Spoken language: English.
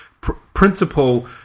principle